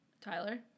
Tyler